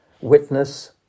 witness